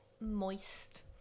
moist